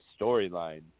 storyline